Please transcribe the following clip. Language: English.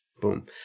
Boom